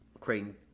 Crane